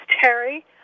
Terry